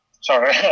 sorry